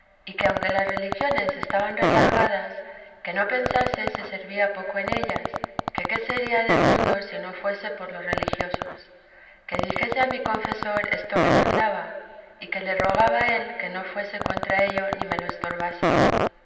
y que aunque las religiones estaban relajadas que no pensase se servía poco en ellas que qué sería del mundo si no fuese por los religiosos que dijese a mi confesor esto que mandaba y que le rogaba él que no fuese contra ello ni me lo estorbase